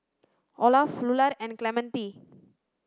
Olaf Lular and Clemente